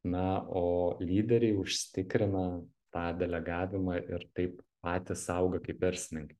na o lyderiai užsitikrina tą delegavimą ir taip patys auga kaip verslininkai